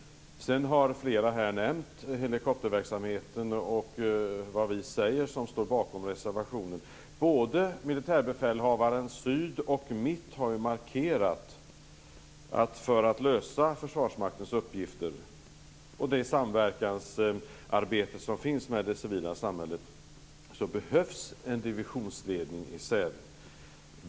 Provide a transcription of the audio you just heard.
Flera har här nämnt helikopterverksamheten och vad vi säger som står bakom reservationen. Både Militärbefälhavaren Syd och Militärbefälhavaren Mitt har markerat att det, för att lösa Försvarsmaktens uppgifter och det samverkansarbete som finns med det civila samhället, behövs en divisionsledning i Säve.